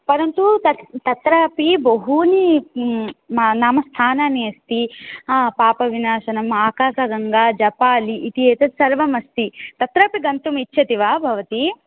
परन्तु तत् तत्रापि बहूनि नाम स्थानानि अस्ति पापविनाशनम् आकाशगङ्गा जपालि इत्येतत् सर्वम् अस्ति तत्रापि गन्तुम् इच्छति वा भवती